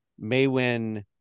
Maywin